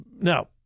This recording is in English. Now